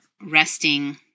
resting